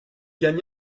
gagne